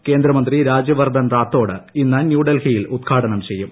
F കേന്ദ്രമന്ത്രി രാജ്യവർദ്ധൻ റാത്തോഡ് ഇന്ന് ന്യൂഡൽഹിയിൽ ഉദ്ഘാടനം ചെയ്യും